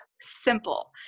simple